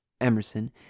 Emerson